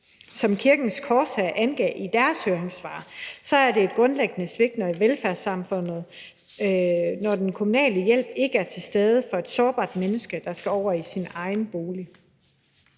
som Kirkens Korshær angav i deres høringssvar, er det et grundlæggende svigt i et velfærdssamfund, når den kommunale hjælp ikke er til stede for et sårbart menneske, der skal over i sin egen bolig.